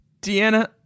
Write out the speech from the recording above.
Deanna